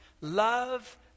Love